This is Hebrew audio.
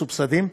מסובסדים,